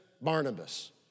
Barnabas